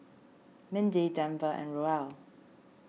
Mindy Denver and Roel